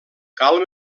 cal